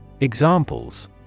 Examples